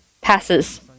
passes